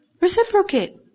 Reciprocate